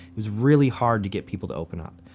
it was really hard to get people to open up.